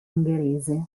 ungherese